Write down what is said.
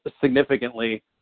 significantly